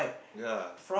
ya